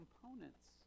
components